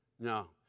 No